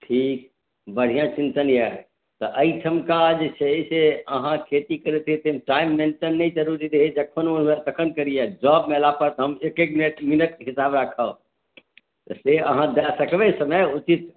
ठीक बढ़िआँ चिंतन यए तऽ एहिठुनका जे छै से अहाँ खेती करैत रहियै ताहिमे टाइम मेन्टेन केनाइ जरूरी नहि रहैत छै जखन मोन हुए तखन खेती करि सकै छै जॉबमे अयलापर तऽ हम एक एक मिनटके हिसाब राखब से अहाँ दए सकबै समय उचित